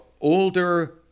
older